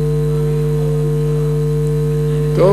גם,